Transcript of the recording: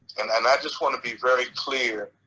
and and i just want to be very clear,